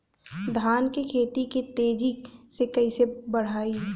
धान क खेती के तेजी से कइसे बढ़ाई?